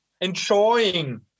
enjoying